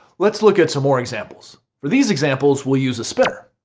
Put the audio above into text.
let's look at some more examples. for these examples we'll use a spinner.